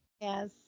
Yes